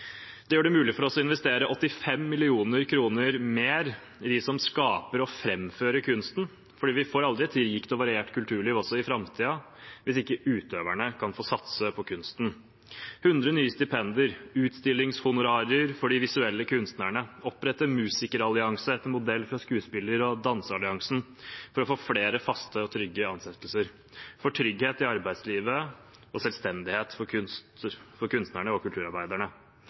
Det gjør det mulig for oss å investere 85 mill. kr mer i dem som skaper og framfører kunsten, for vi får ikke et rikt og variert kulturliv i framtiden hvis ikke utøverne kan få satse på kunsten, 100 nye stipendier, utstillingshonorarer for de visuelle kunstnerne, opprettelse av musikerallianse etter modell fra skuespiller- og danseralliansen for å få flere faste og trygge ansettelser, for trygghet i arbeidslivet og selvstendighet for kunstnerne og kulturarbeiderne.